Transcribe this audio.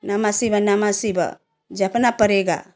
नमः शिवाय नमः शिवाय जपना पड़ेगा